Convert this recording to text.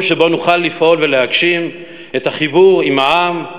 במקום שבו נוכל לפעול ולהגשים את החיבור עם העם,